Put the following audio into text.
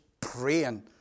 praying